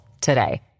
today